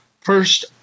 First